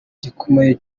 gikomeye